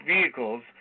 vehicles